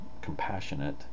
compassionate